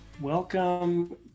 Welcome